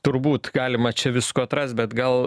turbūt galima čia visko atrast bet gal